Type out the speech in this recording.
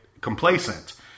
complacent